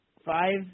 Five